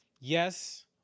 yes